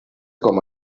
com